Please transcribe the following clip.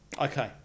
Okay